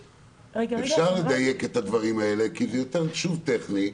אפשר לדייק את הדברים כי זה יותר טכני.